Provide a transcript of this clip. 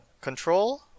Control